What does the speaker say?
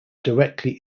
directly